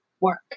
work